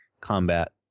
combat